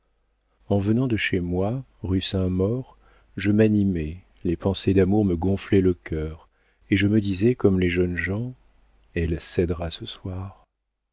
en venant de chez moi rue saint-maur je m'animais les pensées d'amour me gonflaient le cœur et je me disais comme les jeunes gens elle cédera ce soir